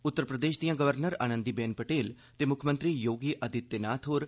उत्तर प्रदेश दियां गवर्नर आनंदी बेन पटेल ते मुक्खमंत्री योगी आदित्यनाथ होर